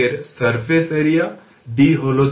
এটি স্ট্রেটলাইন এর স্লোপ